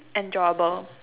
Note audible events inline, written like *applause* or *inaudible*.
enjoyable *laughs*